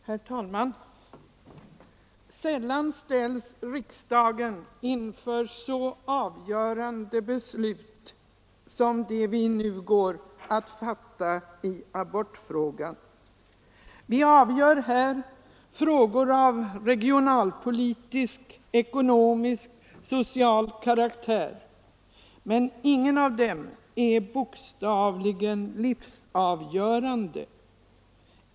Herr talman! Sällan ställs riksdagen inför så avgörande beslut som det vi nu går att fatta i abortfrågan. Vi avgör i riksdagen frågor av regionalpolitisk, ekonomisk och social karaktär, men inga av dem är bokstavligen livsavgörande.